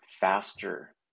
faster